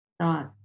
thoughts